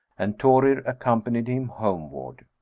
and thorir accompanied him homeward.